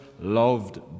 loved